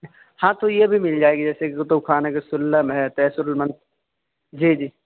ہاں تو یہ بھی مل جائے گی جیسے کہ کتب خانہ کی سلم ہے تیسر المنطق جی جی